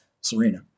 Serena